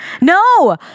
No